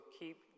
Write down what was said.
keep